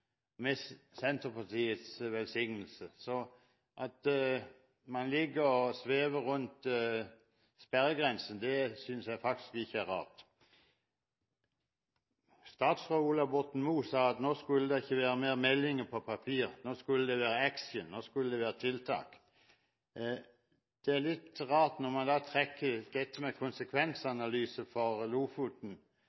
med Senterpartiets velsignelse. Så at man ligger og svever rundt sperregrensen, synes jeg faktisk ikke er rart. Statsråd Ola Borten Moe sa at nå skulle det ikke være mer meldinger på papir, nå skulle det være action, nå skulle det være tiltak. Det er litt rart når man da trekker ut dette med